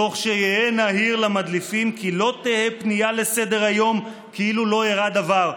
תוך שיהיה נהיר למדליפים כי לא תהא פנייה לסדר-היום כאילו לא אירע לדבר,